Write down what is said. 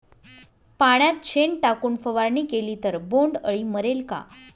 पाण्यात शेण टाकून फवारणी केली तर बोंडअळी मरेल का?